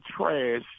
trash